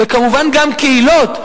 וכמובן גם קהילות,